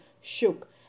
shook